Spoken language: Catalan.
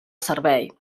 servei